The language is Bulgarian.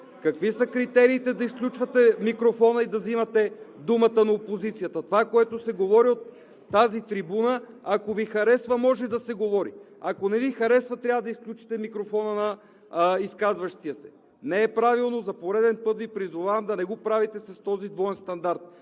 Какви са критериите да изключвате микрофона и да взимате думата на опозицията? Това, което се говори от тази трибуна, ако Ви харесва, може да се говори, ако не Ви харесва, трябва да изключите микрофона на изказващия се?! Не е правилно! За пореден път Ви призовавам да не го правите с този двоен стандарт,